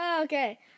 Okay